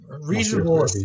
Reasonable